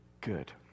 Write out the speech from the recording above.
good